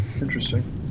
interesting